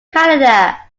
canada